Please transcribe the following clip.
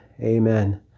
amen